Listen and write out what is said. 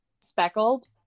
speckled